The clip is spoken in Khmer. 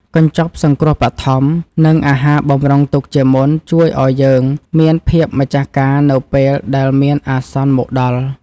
កញ្ចប់សង្គ្រោះបឋម និងអាហារបម្រុងទុកជាមុនជួយឱ្យយើងមានភាពម្ចាស់ការនៅពេលដែលមានអាសន្នមកដល់។